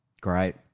Great